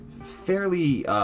fairly